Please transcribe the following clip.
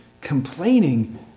complaining